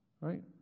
Right